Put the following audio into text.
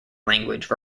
language